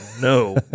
no